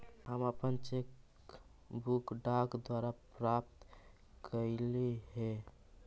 हम अपन cheque book डाक द्वारा प्राप्त कईली हे